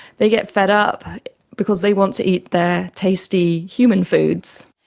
they get fed up because they want to eat their tasty human foods.